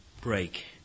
break